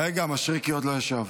רגע, מישרקי עוד לא ישב.